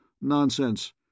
Nonsense